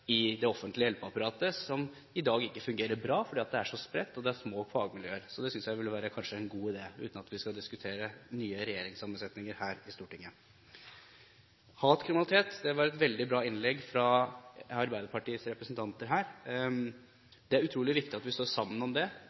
i det offentlige hjelpeapparatet, som i dag ikke fungerer bra, fordi det så er spredt, og fordi det er små fagmiljøer. Det synes jeg kanskje ville være en god idé, uten at vi skal diskutere en ny regjeringssammensetning her i Stortinget. Hatkriminalitet: Det var et veldig bra innlegg fra Arbeiderpartiets representant. Det er utrolig viktig at vi står sammen om dette. Det